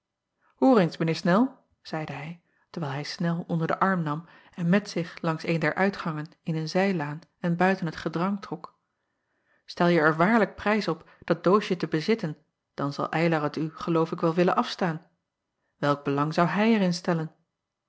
mijn eer nel zeide hij terwijl hij nel onder den arm nam en met zich langs een der uitgangen in een zijlaan en buiten het gedrang trok telje er waarlijk prijs op dat doosje te bezitten dan zal ylar het u geloof ik wel willen afstaan elk belang zou hij er in stellen